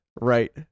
right